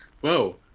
whoa